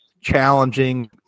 challenging